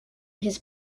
his